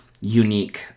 unique